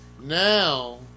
Now